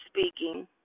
speaking